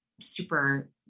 super